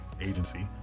agency